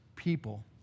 People